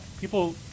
People